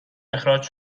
اخراج